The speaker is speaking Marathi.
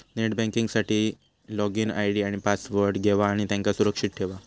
नेट बँकिंग साठी लोगिन आय.डी आणि पासवर्ड घेवा आणि त्यांका सुरक्षित ठेवा